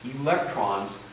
electrons